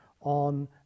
on